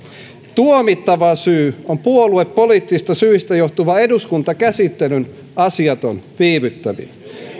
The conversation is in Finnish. tuomittava syy on puoluepoliittisista syistä johtuva eduskuntakäsittelyn asiaton viivyttäminen